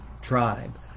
tribe